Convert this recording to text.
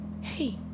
Hey